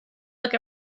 look